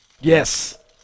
Yes